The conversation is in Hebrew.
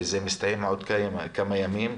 זה מסתיים עוד כמה ימים.